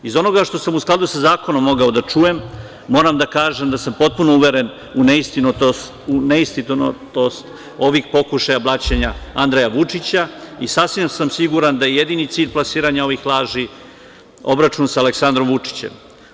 Iz onoga što sam u skladu sa zakonom mogao da čujem, moram da kažem da sam potpuno uveren u neistinitost ovih pokušaja blaćenja Andreja Vučića i sasvim sam siguran da je jedini cilj plasiranja ovih laži, obračun sa Aleksandrom Vučićem.